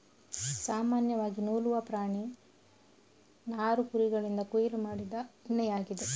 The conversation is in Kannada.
ಸಾಮಾನ್ಯವಾಗಿ ನೂಲುವ ಪ್ರಾಣಿ ನಾರು ಕುರಿಗಳಿಂದ ಕೊಯ್ಲು ಮಾಡಿದ ಉಣ್ಣೆಯಾಗಿದೆ